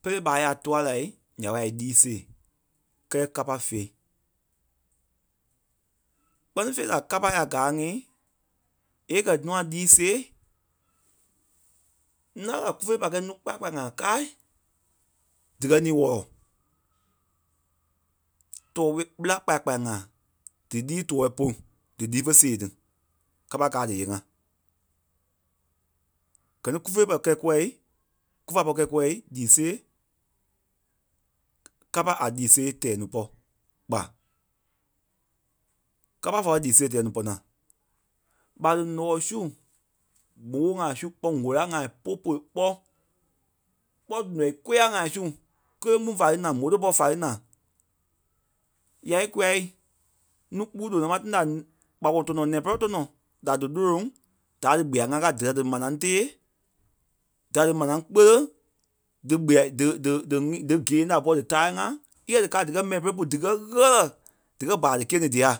pélei ɓâ yà tûa lai ỳa wâi ílii sèe kɛ́lɛ kâpa fee. Kpɛ́ni la kâpa yà gáai ŋí èei kɛ̀ nûa líi sêei ńâa la kwiî fé pâi kɛ̂i núu kpaya kpaya ŋa káai dí kɛ́ niî wɔlɔ. Tɔɔ ɣe, ɓela kpaya kpaya ŋa dílii toɔɔi pôlu dílii fé sèe ti kâpa káa díyee ŋa. Gɛ̀ kú fêi pɔ̂ri kɛ́i kûɛi, kúfa pɔ̂ri kɛ́i kûɛi lii sêe kâpa a lii sêe tɛɛ núu pɔ́ kpa, kâpa fea lii sêe tɛɛi núu pɔna. ɓa li ǹɔii sú, gbôo ŋai sú kpɔ́ ŋ̀ola ŋai po pere kpɔ́, kpɔ́ ǹɔii kôyaa ŋai su kéleŋ kpîŋ fa li na môtobɔ fa li na ǹyai kuai núu kpû tɔnɔ ma tãi da kpakolo tɔnɔ nɛ̃ pɔlɔ tɔnɔ ma tãi da dí lóloŋ dâa lí dí gbìai ŋá kâai da dí manaŋ tee da dí manaŋ kpèle dí gbìai dí- dí- dí-dígeêŋ da púɔɔ dí táai ŋá íkɛ dí kâa díkɛ mɛni pêle pu díkɛ ɣɛ́lɛ díkɛ baa díkîe ni dîa